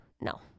No